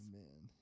man